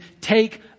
take